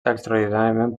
extraordinàriament